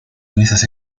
meses